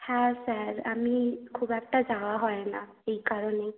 হ্যাঁ স্যার আমি খুব একটা যাওয়া হয় না এই কারণেই